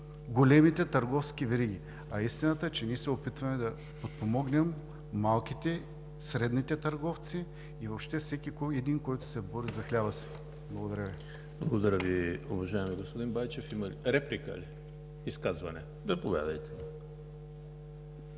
големите търговски вериги. А истината е, че ние се опитваме да подпомогнем малките, средните търговци и въобще всеки един, който се бори за хляба си. Благодаря Ви. ПРЕДСЕДАТЕЛ ЕМИЛ ХРИСТОВ: Благодаря Ви, уважаеми господин Байчев. Реплика ли? Изказване. Заповядайте.